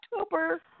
October